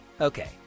Okay